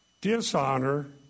dishonor